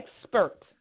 expert